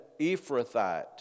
Ephrathite